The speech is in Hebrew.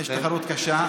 יש תחרות קשה.